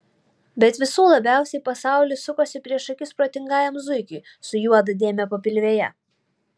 bet visų labiausiai pasaulis sukosi prieš akis protingajam zuikiui su juoda dėme papilvėje